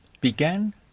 began